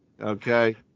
Okay